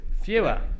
fewer